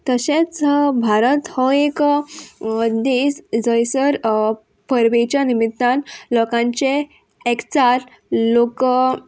तशेंच भारत हो एक देश जंयसर परबेच्या निमितान लोकांचे एकचार लोक